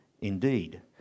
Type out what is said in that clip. Indeed